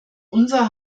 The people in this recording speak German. unser